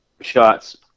shots